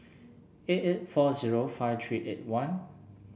eight eight four zero five three eight one